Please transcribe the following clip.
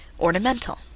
ornamental